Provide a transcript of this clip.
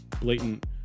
blatant